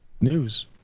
news